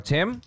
Tim